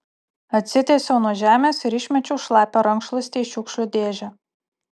atsitiesiau nuo žemės ir išmečiau šlapią rankšluostį į šiukšlių dėžę